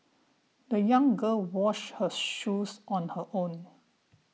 the young girl washed her shoes on her own